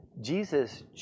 Jesus